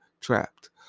trapped